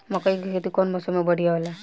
मकई के खेती कउन मौसम में बढ़िया होला?